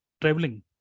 traveling